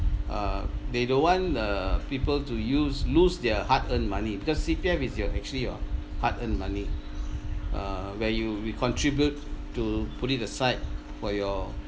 uh they don't want the people to use lose their hard earned money because C_P_F is your actually your hard earned money uh where you we contribute to put it aside for your